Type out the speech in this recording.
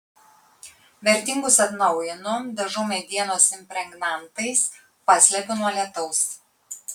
vertingus atnaujinu dažau medienos impregnantais paslepiu nuo lietaus